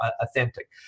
authentic